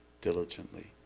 diligently